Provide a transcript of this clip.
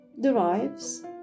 derives